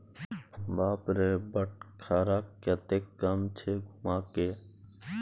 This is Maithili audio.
बाप रे बटखरा कतेक कम छै धुम्माके